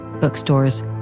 bookstores